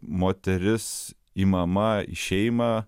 moteris imama į šeimą